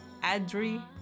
Adri